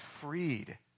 freed